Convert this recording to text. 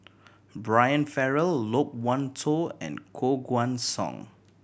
Brian Farrell Loke Wan Tho and Koh Guan Song